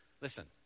listen